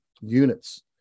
units